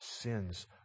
sins